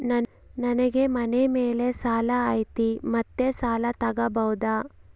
ನನಗೆ ಮನೆ ಮೇಲೆ ಸಾಲ ಐತಿ ಮತ್ತೆ ಸಾಲ ತಗಬೋದ?